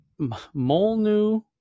Molnu